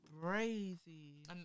crazy